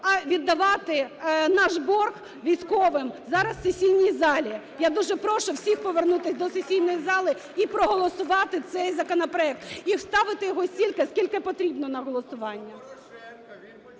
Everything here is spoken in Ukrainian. а віддавати наш борг військовим. Зараз в сесійній залі я дуже прошу всіх повернутися до сесійної зали і проголосувати цей законопроект. І ставити його стільки, скільки потрібно, на голосування.